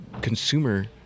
consumer